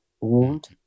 wound